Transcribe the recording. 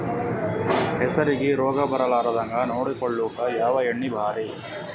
ಹೆಸರಿಗಿ ರೋಗ ಬರಲಾರದಂಗ ನೊಡಕೊಳುಕ ಯಾವ ಎಣ್ಣಿ ಭಾರಿ?